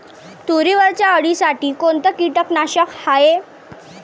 तुरीवरच्या अळीसाठी कोनतं कीटकनाशक हाये?